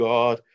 God